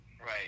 Right